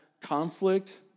conflict